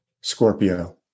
Scorpio